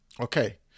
Okay